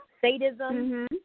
sadism